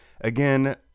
Again